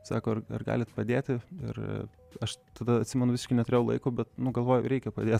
sako ar ar galit padėti ir aš tada atsimenu visiškai neturėjau laiko bet nu galvoju reikia padėt